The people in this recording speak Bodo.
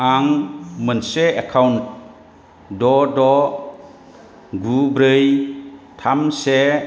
आं मोनसे एकाउन्ट द' द' गु ब्रै थाम से